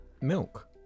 Milk